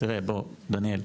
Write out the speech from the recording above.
תראה, בוא, דניאל.